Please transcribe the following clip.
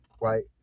right